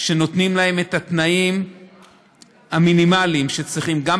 שנותנים להם את התנאים המינימליים שצריכים לתת,